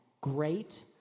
great